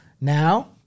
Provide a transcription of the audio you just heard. now